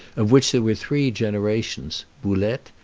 of which there were three generations boulette,